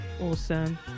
awesome